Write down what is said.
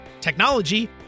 technology